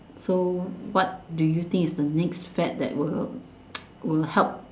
so what do you think is the next fad that will will help